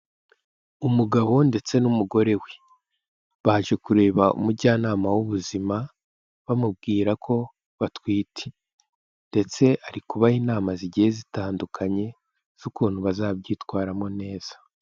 Umugabo ndetse n'umugore we, baje kureba umujyanama w'ubuzima, bamubwira ko batwite ndetse ari kubaha inama zigiye zitandukanye z'ukuntu bazabyitwaramo neza.